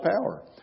power